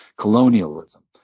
colonialism